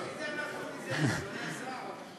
מי זה אנחנו, אדוני השר?